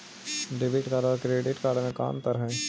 Debit और credit card में का अंतर है?